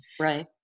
Right